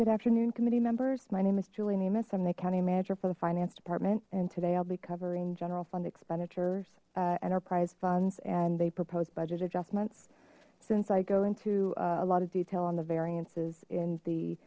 good afternoon committee members my name is julien amos i'm the county manager for the finance department and today i'll be covering general fund expenditures enterprise funds and they proposed budget adjustments since i go into a lot of detail on the variances in the